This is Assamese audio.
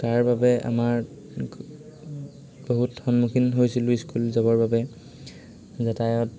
তাৰ বাবে আমাৰ বহুত সন্মুখীন হৈছিলোঁ স্কুল যাবৰ বাবে যাতায়াত